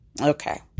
okay